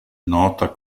nota